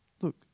look